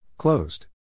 Closed